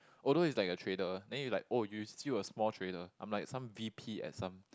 although is like a trader then you like oh you still a small trader I'm like some v_p at some